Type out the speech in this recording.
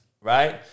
right